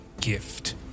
gift